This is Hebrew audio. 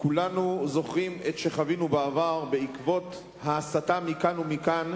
כולנו זוכרים את שחווינו בעבר בעקבות ההסתה מכאן ומכאן,